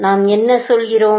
நாம் என்ன சொல்கிறோம்